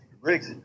rigs